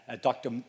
Dr